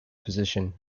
position